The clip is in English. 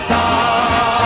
time